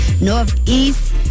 Northeast